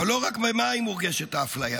אבל לא רק במים מורגשת האפליה,